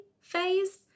phase